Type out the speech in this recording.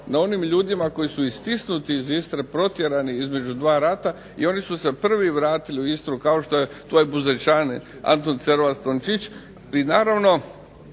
na onim ljudima koji su istisnuti iz Istre, protjerani između dva rata i oni su se prvi vratili u Istru kao što je tvoj Buzovčan Anton Cerovac Tončić bi naravno